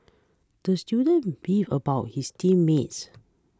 the student beefed about his team mates